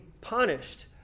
punished